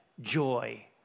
joy